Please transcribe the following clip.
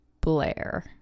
Blair